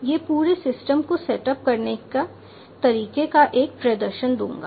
मैं पूरे सिस्टम को सेट अप करने के तरीके का एक प्रदर्शन दूंगा